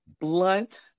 blunt